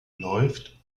läuft